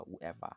whoever